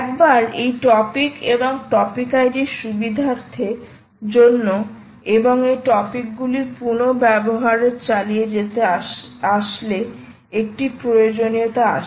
একবার এই টপিক এবং টপিক আইডির সুবিধার্থে জন্য এবং এই টপিকগুলির পুনঃব্যবহার চালিয়ে যেতে আসলে একটি প্রয়োজনীয়তা আছে